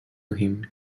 him